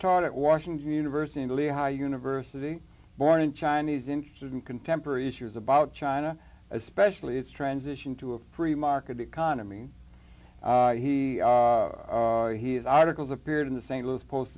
taught at washington university and lehigh university born in chinese interested in contemporary issues about china especially its transition to a free market economy he has articles appeared in the st louis post